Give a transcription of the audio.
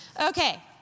Okay